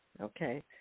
Okay